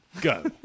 go